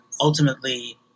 ultimately